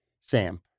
Sam